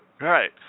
Right